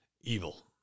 evil